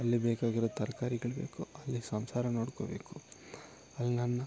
ಅಲ್ಲಿ ಬೇಕಾಗಿರೊ ತರಕಾರಿಗಳು ಬೇಕು ಅಲ್ಲಿ ಸಂಸಾರ ನೋಡ್ಕೋಬೇಕು ಅಲ್ಲಿ ನನ್ನ